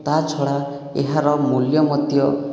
ତାଛଡ଼ା ଏହାର ମୂଲ୍ୟ ମଧ୍ୟ